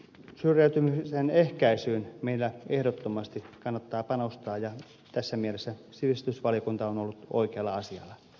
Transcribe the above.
syrjäytymisen ehkäisyyn meillä ehdottomasti kannattaa panostaa ja tässä mielessä sivistysvaliokunta on ollut voi käväisi